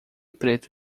preto